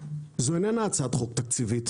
זו איננה הצעת חוק תקציבית.